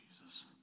Jesus